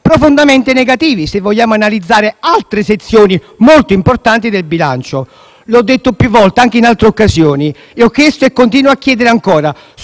profondamente negativi, se vogliamo analizzare altre sezioni molto importanti del bilancio. Come ho detto più volte, anche in altre occasioni, continuo a chiedere ancora: